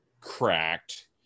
cracked